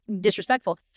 disrespectful